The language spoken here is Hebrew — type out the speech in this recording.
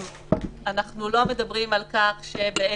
אנחנו לא מדברים על עסק,